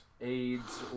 AIDS